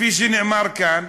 כפי שנאמר כאן,